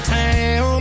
town